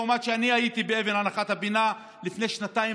למרות שאני הייתי בהנחת אבן הפינה לפני שנתיים